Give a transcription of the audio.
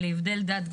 בלי הבדל דת,